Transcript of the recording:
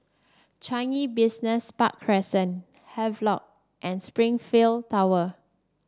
Changi Business Park Crescent Havelock and Springleaf Tower